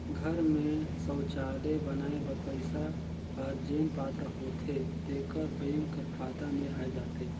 घर में सउचालय बनाए बर पइसा हर जेन पात्र होथे तेकर बेंक कर खाता में आए जाथे